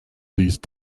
these